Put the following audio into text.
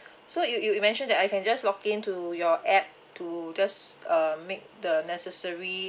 so you you mentioned that I can just log in to your app to just uh make the necessary